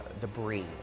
debris